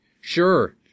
Sure